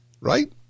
Right